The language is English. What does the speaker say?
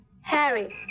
Harry